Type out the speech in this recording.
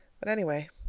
but, anyway,